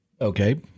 Okay